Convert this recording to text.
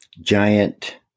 Giant